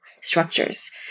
structures